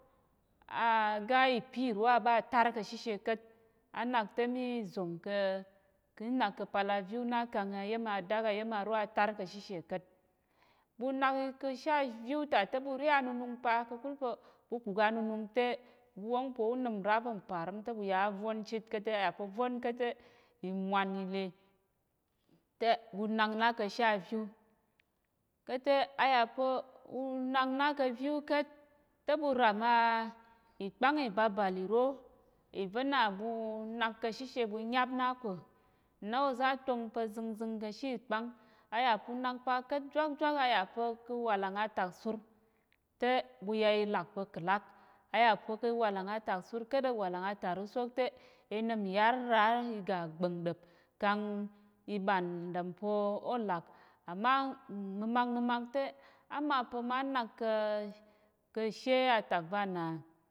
Aga ipiro aɓa tar kashishe ka̱t anak temi zongka̱ kinak ka̱pal aviu na kang ayem adak ayem aro atar kashishe ka̱t ɓunak kashe aviu tate ɓu re anunung pa kakul pa̱ ɓu kuku anunung te, ɓu wong pa̱ unim nra pa̱ parim te ɓu ya a vón chit ka̱t te ayapa̱ vón kat- te imwan ile te ɓunak na kashe aviu, ka̱te ayapa̱ unak na ka̱ viu ka̱t teɓu ram a ikpáng ibàbal iro iva̱ na ɓunak ka̱shishe ɓu nyap na ko na oza tong po zingzing kashi kpáng ayapu nak pa ka̱t jwakjwak ayapo ka̱ walang ataksur te buya ilak pa̱ klak ayapa̱ ka̱ walàng ataksur ka̱t ka̱ walàng atarusok te inim yar har iga gbəng ɗəp kang iɓan dompa̱ olak ama mma̱mak- mma̱mak te amapa̱ manak ka̱ kashe atak vana